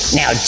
now